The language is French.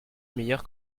meilleur